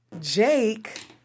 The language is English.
Jake